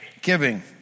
giving